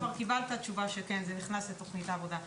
כבר קיבלת תשובה שכן זה נכנס לתוכנית העבודה.